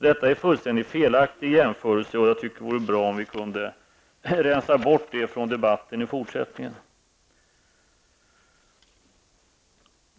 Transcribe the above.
Det är alltså en fullständigt felaktig jämförelse, och jag tycker att det vore bra om vi kunde rensa bort den ur debatten i fortsättningen.